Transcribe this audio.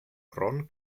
ron